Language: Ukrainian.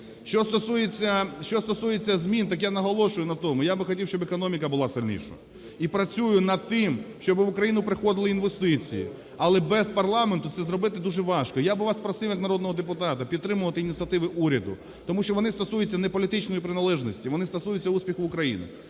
Що стосується змін, так я наголошую, на тому, я би хотів, щоб економіка була сильнішою. І працюю над тим, щоб в Україну приходили інвестиції. Але без парламенту це зробити дуже важко. Я би вас просив як народного депутата, підтримувати ініціативи уряду. Тому що вони стосуються не політичної приналежності, вони стосуються успіху України.